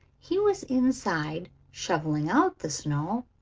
he was inside, shoveling out the snow,